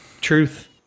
Truth